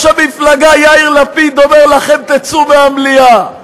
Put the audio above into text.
המפלגה יאיר לפיד אומר לכם: תצאו מהמליאה.